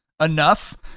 enough